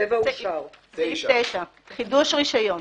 9. זה חידוש רישיון.